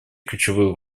ключевые